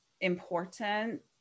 important